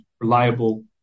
reliable